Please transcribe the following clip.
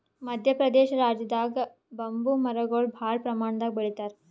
ಮದ್ಯ ಪ್ರದೇಶ್ ರಾಜ್ಯದಾಗ್ ಬಂಬೂ ಮರಗೊಳ್ ಭಾಳ್ ಪ್ರಮಾಣದಾಗ್ ಬೆಳಿತಾರ್